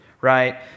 Right